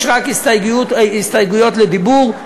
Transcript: יש רק הסתייגויות לדיבור.